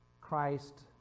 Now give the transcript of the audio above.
Christ